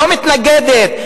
לא מתנגדת.